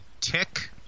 tick